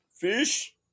fish